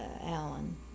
Alan